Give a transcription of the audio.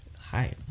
hi